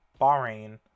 Bahrain